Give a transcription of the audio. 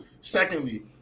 Secondly